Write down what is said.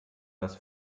das